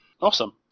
Awesome